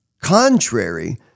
Contrary